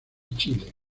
chile